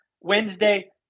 Wednesday